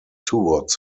towards